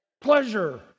pleasure